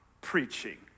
preaching